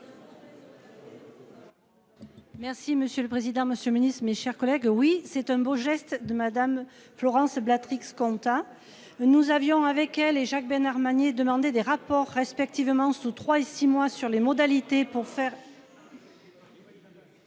Merci monsieur le président, Monsieur le Ministre, mes chers collègues. Oui, c'est un beau geste de Madame Florence Béatrix compta. Nous avions avec elle et Jacques Bernard Magner demander des rapports respectivement sous trois et six mois sur les modalités pour faire.